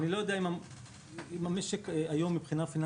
אני לא יודע אם המשק מתאים לזה היום מהבחינה הפיננסית,